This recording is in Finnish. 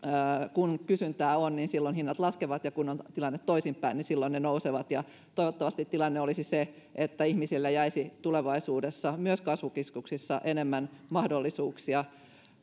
kun kysyntää on niin silloin hinnat laskevat ja kun on tilanne toisinpäin niin silloin ne nousevat toivottavasti tilanne olisi se että ihmisille jäisi tulevaisuudessa myös kasvukeskuksissa enemmän mahdollisuuksia